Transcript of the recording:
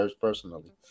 personally